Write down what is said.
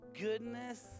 goodness